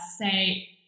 say